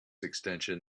extension